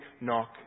knock